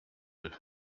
deux